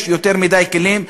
יש יותר מדי כלים,